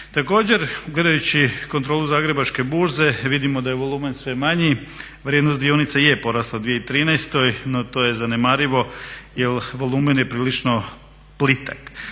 Također, gledajući kontrolu Zagrebačke burze vidimo da je volumen sve manji, vrijednost dionica je porasla u 2013. no to je zanemarivo jer volumen je prilično plitak.